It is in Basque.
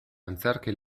antzerki